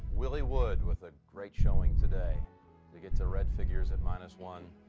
willie wood with a great showing. today we get to red figures at minus one.